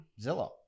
Zillow